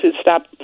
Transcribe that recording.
stop